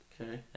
Okay